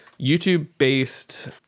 YouTube-based